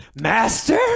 Master